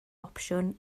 opsiwn